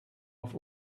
auf